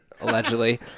allegedly